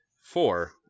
Four